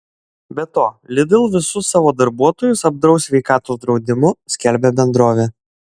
be to lidl visus savo darbuotojus apdraus sveikatos draudimu skelbia bendrovė